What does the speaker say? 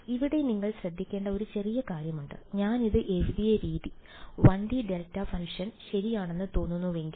അതിനാൽ ഇവിടെ നിങ്ങൾ ശ്രദ്ധിക്കേണ്ട ഒരു ചെറിയ കാര്യമുണ്ട് ഞാൻ ഇത് എഴുതിയ രീതി 1 D ഡെൽറ്റ ഫംഗ്ഷൻ ശരിയാണെന്ന് തോന്നുന്നുവെങ്കിൽ